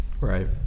Right